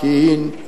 פקיעין,